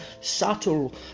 subtle